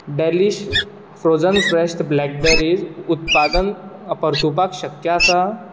delish frozen fresh blackberries उत्पादन परतुवपाक शक्य आसा